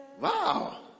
Wow